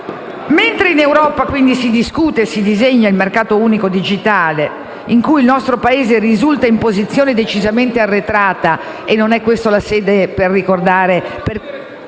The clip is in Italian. Mentre in Europa si discute e si disegna il mercato unico digitale, in cui il nostro Paese risulta in posizione decisamente arretrata - e non è questa la sede per ricordare